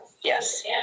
Yes